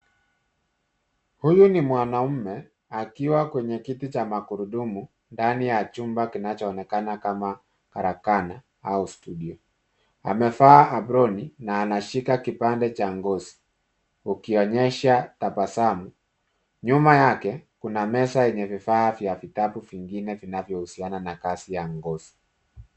Huyu ni mwanaume akiwa kwenye kiti cha magurudumu ndani ya chumba kinacho onekana kama karakane au studio, amevaa aproni na anashika kipande cha ngozi akionyesha tabasamu. Nyuma yake kuna meza yenye vifaa na vitabu vingine vinavyo husiana na kazi ya ngozi.